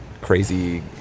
crazy